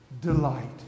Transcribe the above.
delight